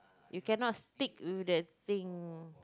you cannot stick with that thing